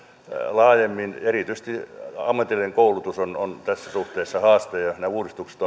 laajemmin erityisesti ammatillinen koulutus on on tässä suhteessa haaste ja nämä uudistukset